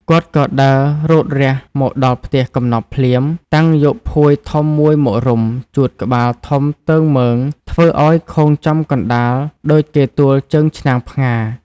គាត់ក៏ដើររូតរះមកដល់ផ្ទះកំណប់ភ្លាម តាំងយកភួយធំមួយមករុំ ជួតក្បាលធំទើងមើងធ្វើឱ្យខូងចំកណ្តាលដូចគេទួលជើងឆ្នាំងផ្ងារ។